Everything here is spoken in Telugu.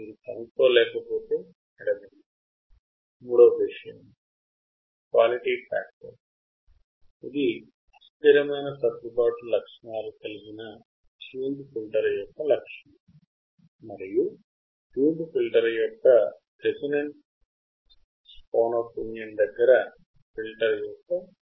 క్వాలిటీ ఫ్యాక్టర్ ఇది అస్థిరమైన సర్దుబాటు లక్షణాలు కలిగిన ట్యూన్డ్ ఫిల్టర్ యొక్క లక్షణం మరియు ట్యూన్డ్ ఫిల్టర్ యొక్క రేజోనెంట్ పౌనఃపున్యము దగ్గర ఫిల్టర్ యొక్క గెయిన్